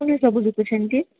ସବୁ ବିକୁଛନ୍ତି